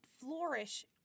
flourish